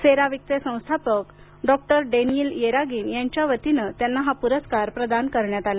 CERAWeek चे संस्थापक doctor Daniel Yergin यांच्या वतीनं हा पुरस्कार प्रदान करण्यात आला